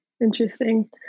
Interesting